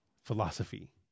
Philosophy